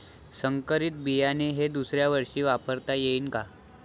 संकरीत बियाणे हे दुसऱ्यावर्षी वापरता येईन का?